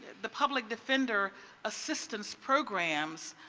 the public defender assistance programs